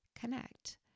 connect